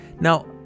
Now